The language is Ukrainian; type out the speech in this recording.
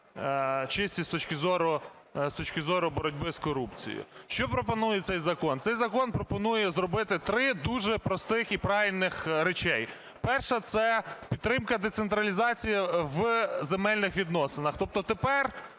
чисті з точки зору боротьби з корупцією. Що пропонує цей закон. Цей закон пропонує зробити три дуже прості і правильні речі. Перша – це підтримка децентралізації в земельних відносинах. Тобто тепер